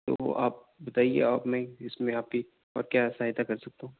تو وہ آپ بتائیے اب میں اس میں آپ کی اور کیا سہایتا کر سکتا ہوں